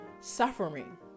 suffering